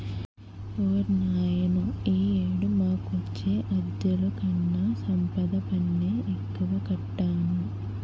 ఓర్నాయనో ఈ ఏడు మాకొచ్చే అద్దెలుకన్నా సంపద పన్నే ఎక్కువ కట్టాను